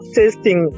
testing